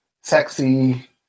sexy